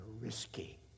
risky